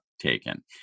taken